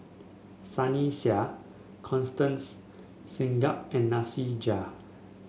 Sunny Sia Constance Singam and Nasir Jalil